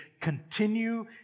Continue